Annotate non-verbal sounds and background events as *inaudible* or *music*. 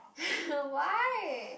*breath* why